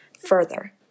further